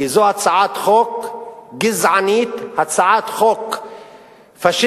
כי זו הצעת חוק גזענית, הצעת חוק פאשיסטית,